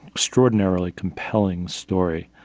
extraordinarily compelling story.